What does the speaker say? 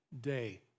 day